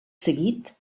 seguit